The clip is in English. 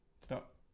Stop